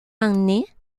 année